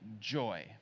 joy